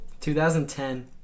2010